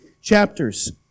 chapters